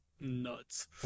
nuts